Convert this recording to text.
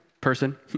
person